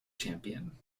champion